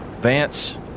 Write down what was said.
Vance